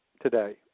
today